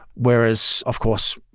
whereas of course,